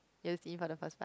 you see for the first time